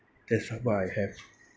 that's what I have